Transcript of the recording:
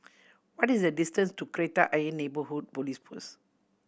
what is the distance to Kreta Ayer Neighbourhood Police Post